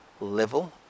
level